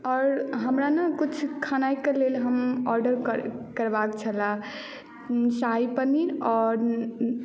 आओर हमरा ने किछु खेनाइके लेल हम ऑर्डर करबाक छले शाही पनीर आओर